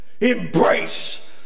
Embrace